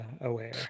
aware